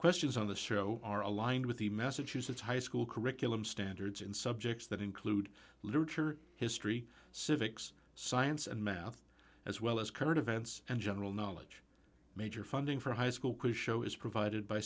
questions on the search are aligned with the messages of high school curriculum standards in subjects that include literature history civics science and math as well as current events and general knowledge major funding for high school quiz show is provided by